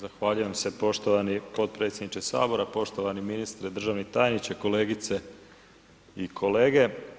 Zahvaljujem se poštovani potpredsjedniče Sabora, poštovani ministre, državni tajniče, kolegice i kolege.